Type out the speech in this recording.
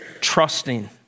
Trusting